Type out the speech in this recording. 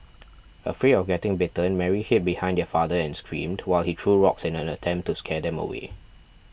afraid of getting bitten Mary hid behind her father and screamed while he threw rocks in an attempt to scare them away